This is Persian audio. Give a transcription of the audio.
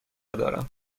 دارم